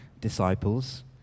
disciples